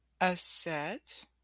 Aset